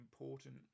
important